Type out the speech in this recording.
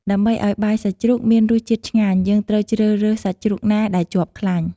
ដើម្បីឱ្យបាយសាច់ជ្រូកមានរសជាតិឆ្ងាញ់ យើងត្រូវជ្រើសរើសសាច់ជ្រូកណាដែលជាប់ខ្លាញ់។